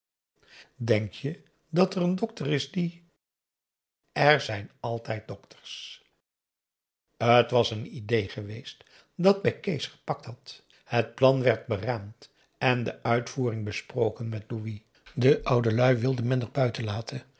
denk je dat er een dokter is die er zijn altijd dokters t was een idée geweest dat bij kees gepakt had het plan werd beraamd en de uitvoering besproken met louis de oudelui wilde men er buiten laten